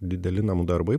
dideli namų darbai